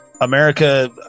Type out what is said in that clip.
America